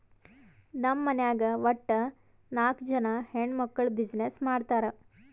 ನಮ್ ಮನ್ಯಾಗ್ ವಟ್ಟ ನಾಕ್ ಜನಾ ಹೆಣ್ಮಕ್ಕುಳ್ ಬಿಸಿನ್ನೆಸ್ ಮಾಡ್ತಾರ್